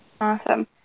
awesome